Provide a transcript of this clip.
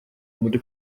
muri